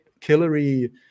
Hillary